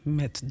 met